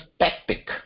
tactic